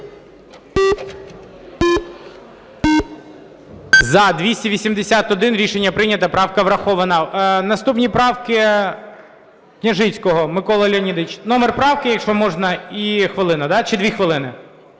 За-281 Рішення прийнято. Правка врахована. Наступні правки Княжицького Миколи Леонідовича. Номер правки, якщо можна, і хвилина, да, чи дві хвилини?